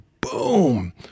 boom